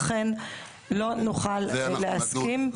לכן לא נוכל להסכים.